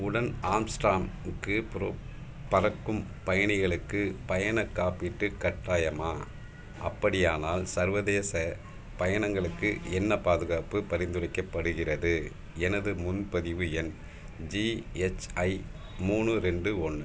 உடன் ஆம்ஸ்ட்ராங் க்கு புரோ பறக்கும் பயணிகளுக்கு பயணக் காப்பீட்டு கட்டாயமா அப்படியானால் சர்வதேச பயணங்களுக்கு என்ன பாதுகாப்பு பரிந்துரைக்கப்படுகிறது எனது முன்பதிவு எண் ஜிஎச்ஐ மூணு ரெண்டு ஒன்று